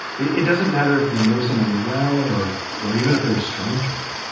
it doesn't matter if we know someone well or or even if they're a stranger.